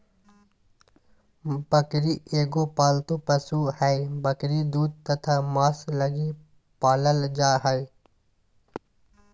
बकरी एगो पालतू पशु हइ, बकरी दूध तथा मांस लगी पालल जा हइ